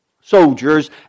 soldiers